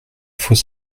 faut